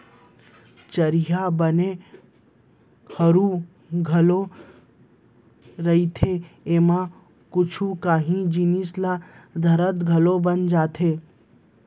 चरिहा बने हरू घलौ रहिथे, एमा कुछु कांही जिनिस ल धरत घलौ बन जाथे